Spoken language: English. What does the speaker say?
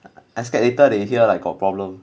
I scared later they hear like got problem